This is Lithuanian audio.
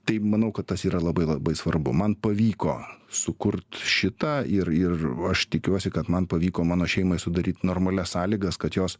tai manau kad tas yra labai labai svarbu man pavyko sukurt šitą ir ir aš tikiuosi kad man pavyko mano šeimai sudaryt normalias sąlygas kad jos